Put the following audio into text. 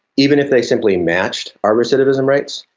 even if they simply matched our recidivism rates,